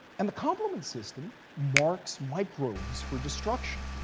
and the complement system marks microbes for destruction.